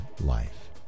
life